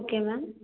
okay ma'am